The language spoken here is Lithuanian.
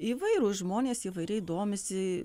įvairūs žmonės įvairiai domisi